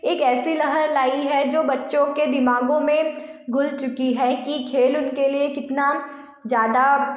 एक ऐसी लहर लाई है जो बच्चों के दिमागों में घुल चुकी है कि खेल उनके लिए कितना ज़्यादा